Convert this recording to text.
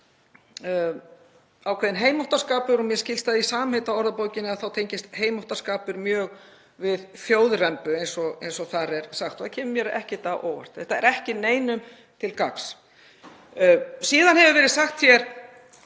ákveðinn heimóttarskapur og mér skilst að í samheitaorðabókinni tengist heimóttarskapur mjög þjóðrembu eins og þar er sagt. Það kemur mér ekkert á óvart. Þetta er ekki neinum til gagns. Síðan hefur verið sagt hér